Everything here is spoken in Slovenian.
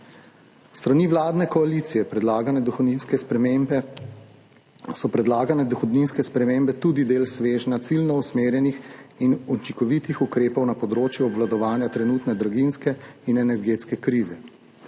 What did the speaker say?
dohodninske spremembe so predlagane dohodninske spremembe tudi del svežnja ciljno usmerjenih in učinkovitih ukrepov na področju obvladovanja trenutne draginjske in energetske krize.